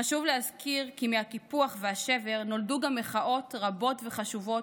חשוב להזכיר כי מהקיפוח והשבר נולדו גם מחאות רבות וחשובות,